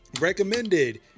recommended